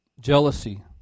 jealousy